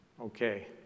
Okay